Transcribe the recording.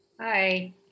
Hi